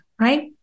Right